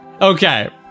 Okay